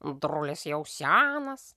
drulis jau senas